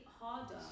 harder